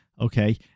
Okay